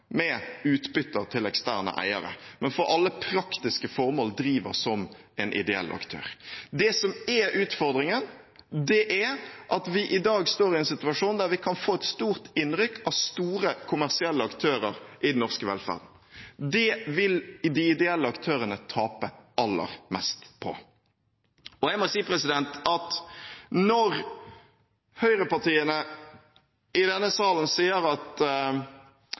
med utbytte til eksterne eiere, men som for alle praktiske formål driver som en ideell aktør. Utfordringen er at vi i dag står i en situasjon der vi kan få et stort innrykk av store kommersielle aktører i den norske velferden. Det vil de ideelle aktørene tape aller mest på. Når høyrepartiene i denne salen sier at de er så opptatt av de ideelle, vil jeg si: Lytt til de ideelle, da! De sier